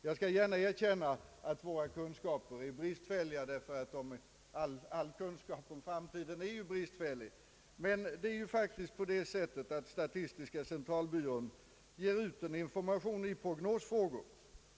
Jag skall gärna erkänna att våra kunskaper är bristfälliga, ty all kunskap om framtiden är ju bristfällig. Statistiska centralbyrån ger emellertid ut viss information i dessa frågor.